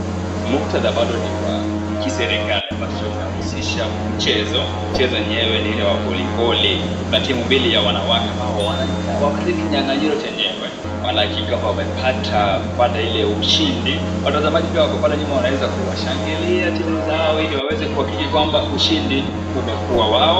Mktatha bado ni wa kiserikali ambacho kinahusosha mchezo. Mchezo yenyewe ni ile wa voliboli na timu mbili ya wanawake, wako katika kinyang'anyiro cha chenyewe. Wana wa kike ambao wamepata kupata ile ushindi. Watazamaji pia wako pale nyuma wanaweza kuwashangilia, timu zao ili waweze kuhakiki kwamba ushindi umekua wao.